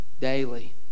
daily